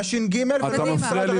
אל תגלגל את זה ל-ש"ג ולא למשרד הרווחה.